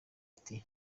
ati